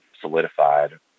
solidified